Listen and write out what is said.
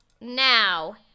now